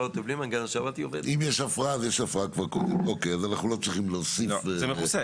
אז לא צריך להוסיף את זה.